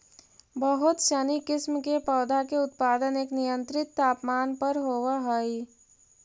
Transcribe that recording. बहुत सनी किस्म के पौधा के उत्पादन एक नियंत्रित तापमान पर होवऽ हइ